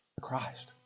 Christ